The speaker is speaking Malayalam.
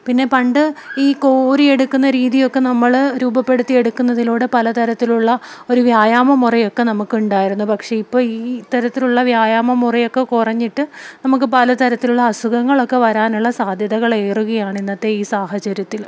പിന്നെ പണ്ട് ഈ കോരിയെടുക്കുന്ന രീതിയൊക്കെ നമ്മള് രൂപപ്പെടുത്തിയെടുക്കുന്നതിലൂടെ പലതരത്തിലുള്ള ഒരു വ്യായാമമുറയൊക്കെ നമുക്കുണ്ടായിരുന്നു പക്ഷെ ഇപ്പോള് ഈ തരത്തിലുള്ള വ്യായാമമുറയൊക്കെ കുറഞ്ഞിട്ട് നമുക്ക് പലതരത്തിലുള്ള അസുഖങ്ങളൊക്കെ വരാനുള്ള സാധ്യതകളേറുകയാണ് ഇന്നത്തെ ഈ സാഹചര്യത്തില്